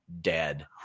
dead